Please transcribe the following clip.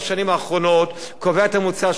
קובע את הממוצע שממלא את תקרת ההוצאה.